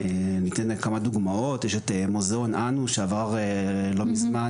ניתן כמה דוגמאות יש את מוזיאון 'אנוש' שעבר לא מזמן